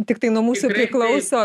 tiktai nuo musių klauso